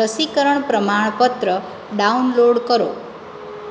રસીકરણ પ્રમાણપત્ર ડાઉનલોડ કરો